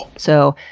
so,